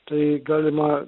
tai galima